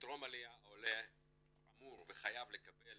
שבטרום עליה העולה אמור וחייב לקבל